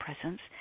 presence